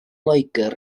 loegr